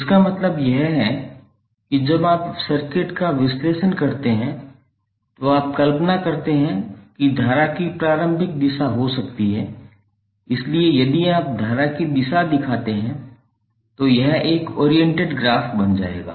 इसका मतलब यह है कि जब आप सर्किट का विश्लेषण करते हैं तो आप कल्पना करते हैं कि धारा कि प्रारंभिक दिशा हो सकती है इसलिए यदि आप धारा की दिशा दिखाते हैं तो यह एक ओरिएंटेड ग्राफ बन जाएगा